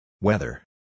Weather